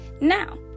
Now